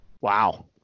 Wow